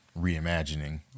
reimagining